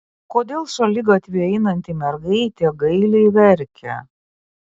kodėl šaligatviu einanti mergaitė gailiai verkia